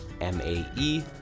m-a-e